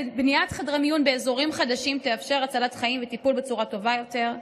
בניית חדרי מיון באזורים חדשים תאפשר הצלת חיים וטיפול בצורה טובה יותר,